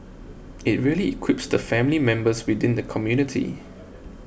it really equips the family members within the community